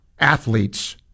athletes